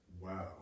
wow